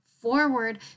forward